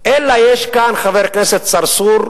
אלא יש כאן, חבר הכנסת צרצור,